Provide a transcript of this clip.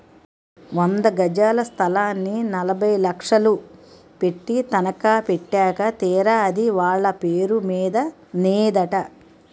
వంద గజాల స్థలాన్ని నలభై లక్షలు పెట్టి తనఖా పెట్టాక తీరా అది వాళ్ళ పేరు మీద నేదట